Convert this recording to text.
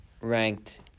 ranked